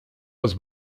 was